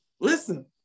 Listen